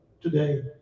today